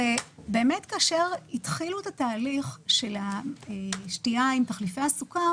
כאשר התחילו את התהליך של השתייה עם תחליפי הסוכר